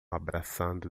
abraçando